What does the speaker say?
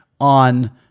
on